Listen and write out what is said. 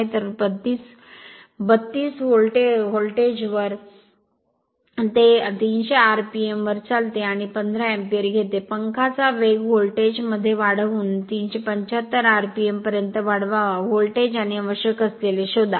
तर 32 व्होल्टवर ते 300 rpm वर चालते आणि 15 अँपिअर घेते पंखाचा वेग व्होल्टेज मध्ये वाढवून 375 rpm पर्यंत वाढवावा व्होल्टेज आणि आवश्यक असलेले शोधा